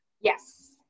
Yes